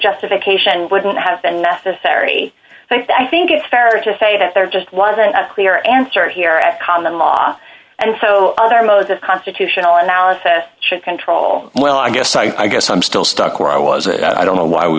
justification wouldn't have been necessary i think it's fair to say that there just wasn't a clear answer here at common law and so other d modes of constitutional analysis should control well i guess i guess i'm still stuck where i was i don't know why we